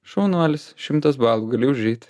šaunuolis šimtas balų gali užeit